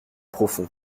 profond